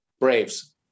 Braves